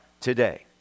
today